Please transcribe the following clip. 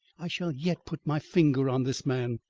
i shall yet put my finger on this man.